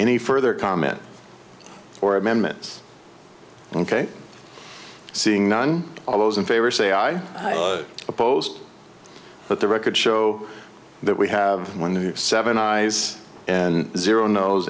any further comment or amendment ok seeing none of those in favor say aye opposed let the record show that we have one seven eyes and zero nose